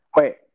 Wait